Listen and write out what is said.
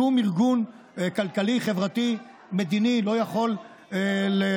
שום ארגון כלכלי חברתי-מדיני לא יכול לקחת